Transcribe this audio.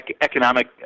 economic